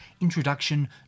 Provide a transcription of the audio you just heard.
Introduction